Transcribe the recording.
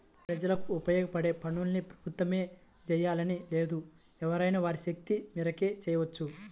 ప్రజలకు ఉపయోగపడే పనుల్ని ప్రభుత్వమే జెయ్యాలని లేదు ఎవరైనా వారి శక్తి మేరకు చెయ్యొచ్చు